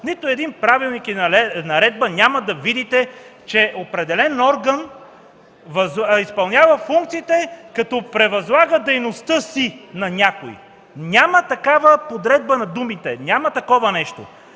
нито един закон, правилник и наредба няма да видите, че определен орган изпълнява функциите, като превъзлага дейността си на някой. Няма такава подредба на думите! Няма такова нещо!